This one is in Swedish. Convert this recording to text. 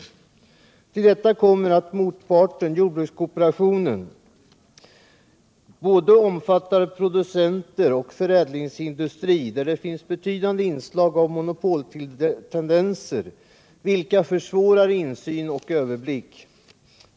Till detta kommer att motparten, jordbrukarkooperationen, omfattar både producenter och förädlingsindustri, där det finns betydande inslag av monopoltendenser, vilket försvårar insyn och överblick.